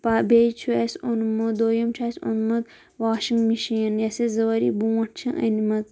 بیٚیہِ چھُ اَسہِ اوٚنمُت دوٚیِم چھُ اَسہِ اوٚنمُت واشِنٛگ مِشیٖن یَس یہِ زِ ؤری برٛونٛٹھ چھِ أنِمٕژ